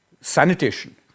Sanitation